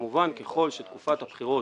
כמובן, ככל שתקופת הבחירות